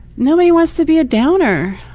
nobody wants to be a downer.